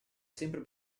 sempre